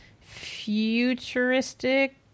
futuristic